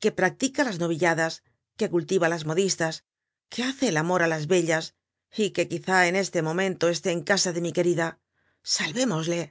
que practica las novilladas que cultiva las modistas que hace el amor á las bellas y que quizá en este momento esté en casa de mi querida salvémosle